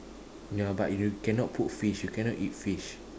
ya but you cannot put fish you cannot eat fish